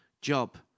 job